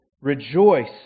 rejoice